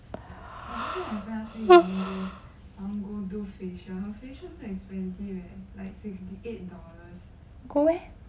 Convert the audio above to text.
go eh